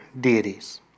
deities